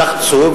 לחצו,